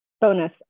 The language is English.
bonus